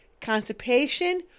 constipation